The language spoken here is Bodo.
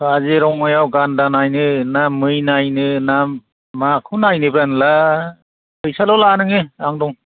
काजिरङायाव गान्दा नायनो ना मै नायनो ना माखौ नायनोब्रा नोंलाय फैसाल' ला नोङो आं दं